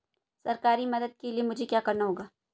सरकारी मदद के लिए मुझे क्या करना होगा?